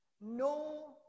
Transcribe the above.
no